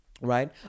Right